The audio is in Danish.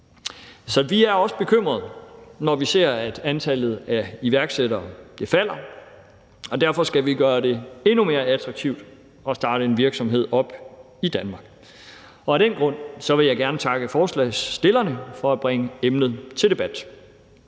Så vi er også bekymrede, når vi ser, at antallet af iværksættere falder, og derfor skal vi gøre det endnu mere attraktivt at starte en virksomhed op i Danmark. Og af den grund vil jeg gerne takke forslagsstillerne for at bringe emnet til debat.